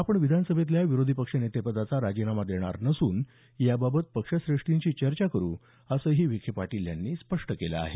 आपण विधान सभेतल्या विरोधी पक्षनेतेपदाचा राजीनामा देणार नसून याबाबत पक्षश्रेष्ठींशी चर्चा करू असंही विखे पाटील यांनी स्पष्ट केलं आहे